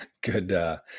Good